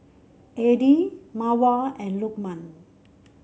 Adi Mawar and Lukman